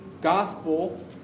gospel